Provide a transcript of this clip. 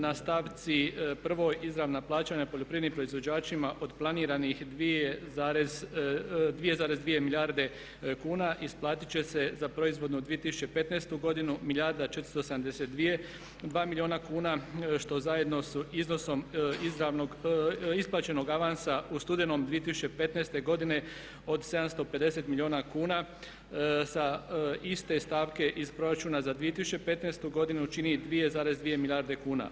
Na stavci 1. izravna plaćanja poljoprivrednim proizvođačima od planiranih 2,2 milijarde kuna isplatiti će se za proizvodnu 2015. godinu milijarda 472 milijuna kuna što zajedno su iznosom izravnog, isplaćenog avansa u studenom 2015. godine od 750 milijuna kuna sa iste stavke iz proračuna za 2015. godinu čini 2,2 milijarde kuna.